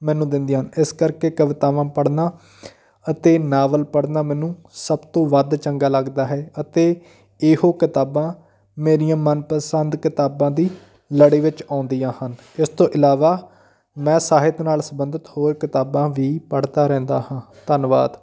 ਮੈਨੂੰ ਦਿੰਦੀਆਂ ਹਨ ਇਸ ਕਰਕੇ ਕਵਿਤਾਵਾਂ ਪੜ੍ਹਨਾ ਅਤੇ ਨਾਵਲ ਪੜ੍ਹਨਾ ਮੈਨੂੰ ਸਭ ਤੋਂ ਵੱਧ ਚੰਗਾ ਲੱਗਦਾ ਹੈ ਅਤੇ ਇਹੋ ਕਿਤਾਬਾਂ ਮੇਰੀਆਂ ਮਨ ਪਸੰਦ ਕਿਤਾਬਾਂ ਦੀ ਲੜੀ ਵਿੱਚ ਆਉਂਦੀਆਂ ਹਨ ਇਸ ਤੋਂ ਇਲਾਵਾਂ ਮੈਂ ਸਾਹਿਤ ਨਾਲ ਸੰਬੰਧਿਤ ਹੋਰ ਕਿਤਾਬਾਂ ਵੀ ਪੜ੍ਹਦਾ ਰਹਿੰਦਾ ਹਾਂ ਧੰਨਵਾਦ